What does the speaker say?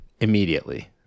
immediately